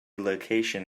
location